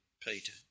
Peter